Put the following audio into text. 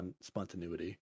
spontaneity